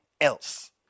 else